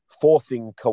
forcing